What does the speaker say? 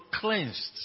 cleansed